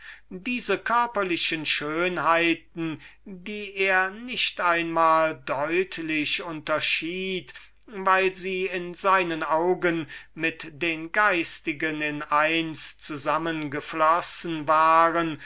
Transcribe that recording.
diese materiellen schönheiten die er nicht einmal deutlich unterschied weil sie in seinen augen mit den geistigen in eins zusammengeflossen waren